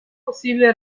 possibile